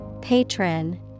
Patron